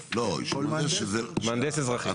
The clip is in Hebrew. מהנדס אזרחי.